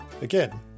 Again